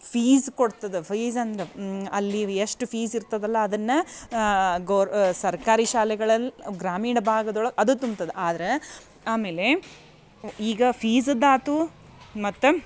fees ಕೊಡ್ತದೆ fees ಅಂದ ಅಲ್ಲಿ ಎಷ್ಟು ಫೀಸ್ ಇರ್ತದಲ್ಲ ಅದನ್ನು ಗೊರ್ ಸರ್ಕಾರಿ ಶಾಲೆಗಳಲ್ಲಿ ಗ್ರಾಮೀಣ ಭಾಗದೊಳಗೆ ಅದು ತುಂಬ್ತದೆ ಆದ್ರೆ ಆಮೇಲೆ ಈಗ ಫೀಝದ್ದಾಯ್ತು ಮತ್ತು